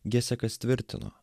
gesekas tvirtino